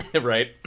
Right